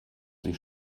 sie